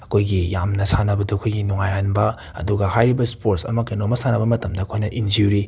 ꯑꯩꯈꯣꯏꯒꯤ ꯌꯥꯝꯅ ꯁꯥꯟꯅꯕꯗꯨ ꯑꯩꯈꯣꯏꯒꯤ ꯅꯨꯡꯉꯥꯏꯍꯟꯕ ꯑꯗꯨꯒ ꯍꯥꯏꯔꯤꯕ ꯁ꯭ꯄꯣꯔꯠꯁ ꯑꯃ ꯀꯩꯅꯣꯝꯃ ꯁꯥꯟꯅꯕ ꯃꯇꯝꯗ ꯑꯩꯈꯣꯏꯅ ꯏꯟꯖꯨꯔꯤ